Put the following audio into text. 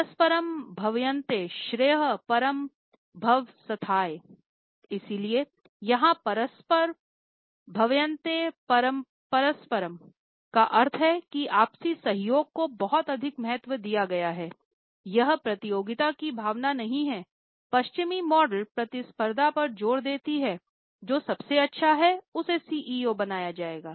परसपरम भाववयंत श्रेयः परम भवाप्स्यथाह का अर्थ है कि आपसी सहयोग को बहुत अधिक महत्व दिया गया है यह प्रतियोगिता की भावना नहीं है पश्चिमी मॉडल प्रतिस्पर्धा पर जोर देती है जो सबसे अच्छा है उसे सीईओ बनाया जाएगा